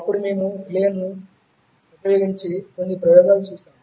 అప్పుడు మేము రిలేలను ఉపయోగించి కొన్ని ప్రయోగాలు చూశాము